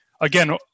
again